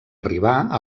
arribar